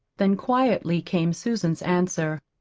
then quietly came susan's answer